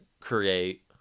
create